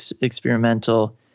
experimental